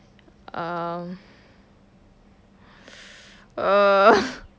um err